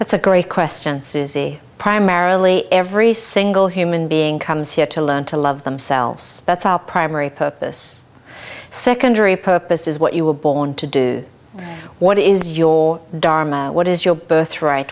that's a great question susie primarily every single human being comes here to learn to love themselves that's our primary purpose secondary purpose is what you were born to do what is your dharma what is your birthright